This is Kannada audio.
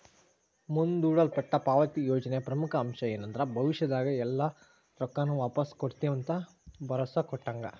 ಮುಂದೂಡಲ್ಪಟ್ಟ ಪಾವತಿ ಯೋಜನೆಯ ಪ್ರಮುಖ ಅಂಶ ಏನಂದ್ರ ಭವಿಷ್ಯದಾಗ ಎಲ್ಲಾ ರೊಕ್ಕಾನು ವಾಪಾಸ್ ಕೊಡ್ತಿವಂತ ಭರೋಸಾ ಕೊಟ್ಟಂಗ